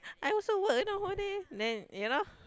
I also work you know whole day then you know